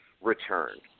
return